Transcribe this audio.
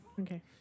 Okay